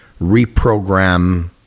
reprogram